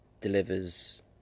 delivers